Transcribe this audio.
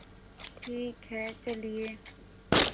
ठीक है चलिए